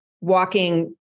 walking